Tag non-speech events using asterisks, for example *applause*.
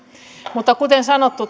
mutta kuten sanottu *unintelligible*